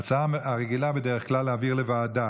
ההצעה הרגילה היא, בדרך כלל, היא להעביר לוועדה.